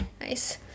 Nice